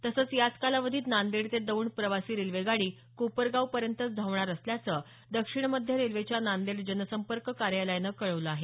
तसंच याच कालावधीत नांदेड ते दौंड प्रवासी रेल्वेगाडी कोपरगावपर्यंतच धावणार असल्याचं दक्षिण मध्य रेल्वेच्या नांदेड जनसंपर्क कार्यालयानं कळवलं आहे